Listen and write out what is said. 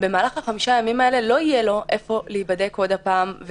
במהלך חמשת הימים האלה לא יהיה לו איפה להיבדק עוד פעם.